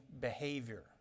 behavior